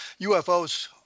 UFOs